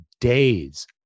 days